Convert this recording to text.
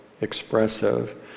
expressive